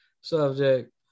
subject